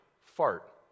fart